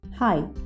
Hi